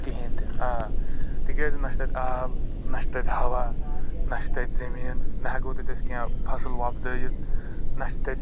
کِہیٖنٛۍ تہِ آ تِکیٛازِ نہَ چھ تَتہِ آب نہَ چھ تَتہِ ہوا نہَ چھ تَتہِ زمیٖن نہَ ہٮ۪کو تَتہِ أسۍ فصل وۄپدأوِتھ نہَ چھ تَتہِ